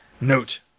Note